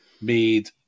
made